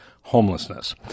homelessness